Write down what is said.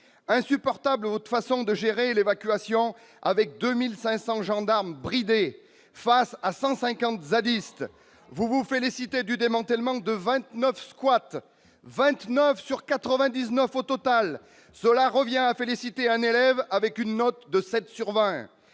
insupportable aussi, votre façon de gérer l'évacuation, avec 2 500 gendarmes bridés face à 150 zadistes. Vous vous félicitez du démantèlement de 29 squats ; 29 sur 99 au total ... Cela revient à féliciter un élève avec une note de 7 sur 20